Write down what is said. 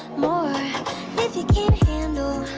more if you can't handle